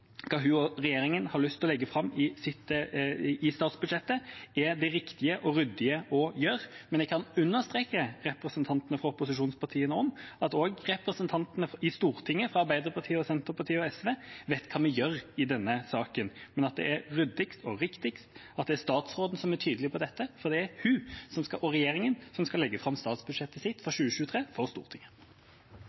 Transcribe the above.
hva hun og regjeringa har lyst til å legge fram i statsbudsjettet, er det riktige og ryddige, men jeg kan understreke overfor representantene fra opposisjonspartiene at også representantene fra Arbeiderpartiet, Senterpartiet og SV i Stortinget vet hva vi gjør i denne saken. Men det er ryddig og riktig at det er statsråden som er tydelig på dette, for det er hun og regjeringa som skal legge fram statsbudsjettet sitt for 2023 for Stortinget.